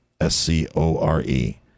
S-C-O-R-E